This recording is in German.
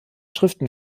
schriften